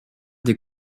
des